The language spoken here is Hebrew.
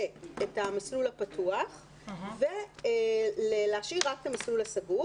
את המסלול הפתוח ולהשאיר רק את המסלול הסגור.